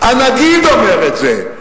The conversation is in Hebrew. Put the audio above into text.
הנגיד אומר את זה.